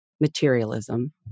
materialism